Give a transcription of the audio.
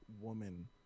woman